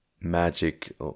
magic